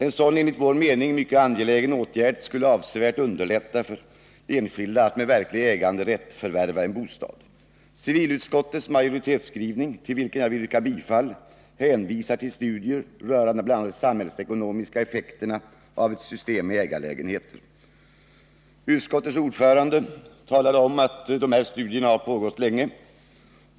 En sådan, enligt vår mening mycket angelägen åtgärd skulle avsevärt underlätta för enskilda att med verklig äganderätt förvärva en bostad. Civilutskottets majoritetsskrivning, till vilken jag vill yrka bifall, hänvisar till studier som pågår rörande bl.a. de samhällsekonomiska effekterna av ett system med ägarlägenheter. Utskottets ordförande talade om att dessa studier har pågått länge.